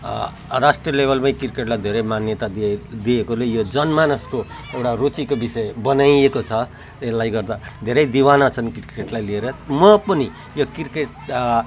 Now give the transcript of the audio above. राष्ट्रिय लेभलमै क्रिकेटलाई धेरै मान्यता दिए दिएकोले यो जनमानसको एउटा रुचिको विषय बनाइएको छ यसले गर्दा धेरै दिवाना छन् क्रिकेटलाई लिएर म पनि यो क्रिकेट